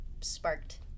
sparked